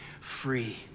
free